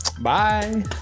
bye